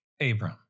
Abram